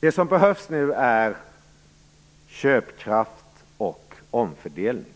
Det som behövs nu är köpkraft och omfördelning.